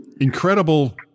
incredible